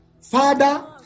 Father